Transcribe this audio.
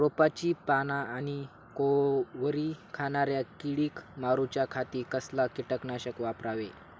रोपाची पाना आनी कोवरी खाणाऱ्या किडीक मारूच्या खाती कसला किटकनाशक वापरावे?